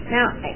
Now